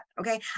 Okay